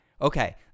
Okay